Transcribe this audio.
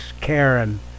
Karen